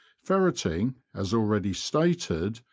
ferretting, as already stated,